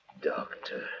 Doctor